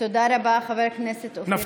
תודה רבה, חבר הכנסת אופיר אקוניס.